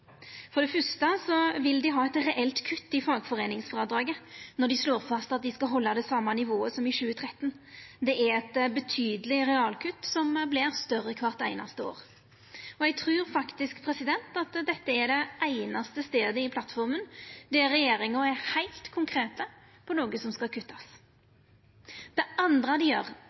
For det første vil dei ha eit reelt kutt i fagforeiningsfrådraget når dei slår fast at dei skal halda det same nivået som i 2013. Det er eit betydeleg realkutt som vert større kvart einaste år. Eg trur at dette er den einaste staden i plattforma der regjeringa er heilt konkret på noko som skal verta kutta. Det andre